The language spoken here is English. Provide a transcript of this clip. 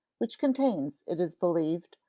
which contains, it is believed,